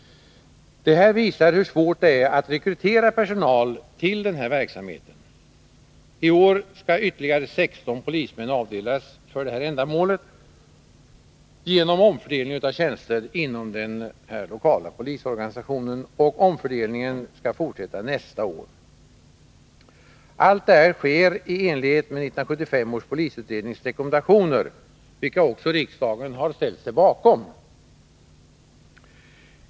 Detta visar hur svårt det är att rekrytera personal till den här verksamheten. I år skall ytterligare 16 polismän avdelas för ändamålet genom omfördelning av tjänster inom den lokala polisorganisationen, och omfördelningen skall fortsätta nästa år. Allt detta sker i enlighet med 1975 års polisutrednings rekommendationer, vilka också riksdagen har ställt sig bakom.